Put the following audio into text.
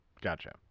Gotcha